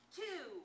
two